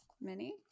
mini